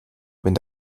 wenn